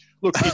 look